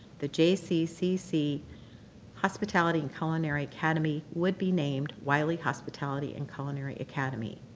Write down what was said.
the jccc hospitality and culinary academy would be named wylie hospitality and culinary academy.